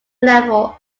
level